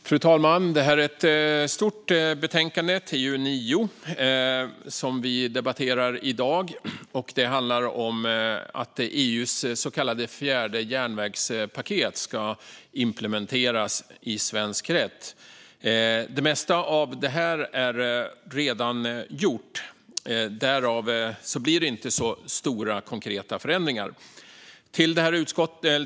Fru talman! Det handlar om att EU:s så kallade fjärde järnvägspaket ska implementeras i svensk rätt. Det mesta av detta är redan gjort. Därför blir det inte så stora konkreta förändringar.